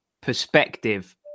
perspective